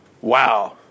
Wow